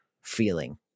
feeling